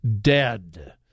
dead